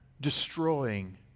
destroying